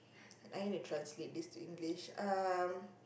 I need to translate this to English um